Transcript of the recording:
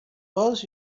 was